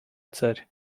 țări